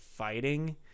fighting